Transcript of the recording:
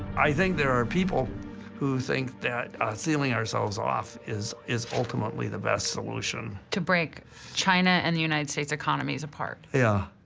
i think there are people who think that sealing ourselves off is, is ultimately the best solution. sullivan to break china and the united states' economies apart. yeah.